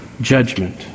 judgment